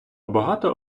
багато